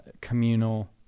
communal